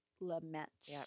lament